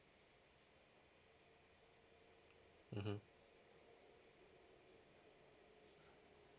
mmhmm